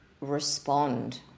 respond